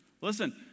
Listen